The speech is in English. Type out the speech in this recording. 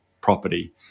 property